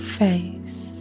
face